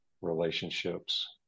relationships